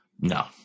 No